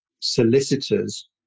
solicitors